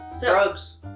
Drugs